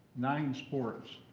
nine sports,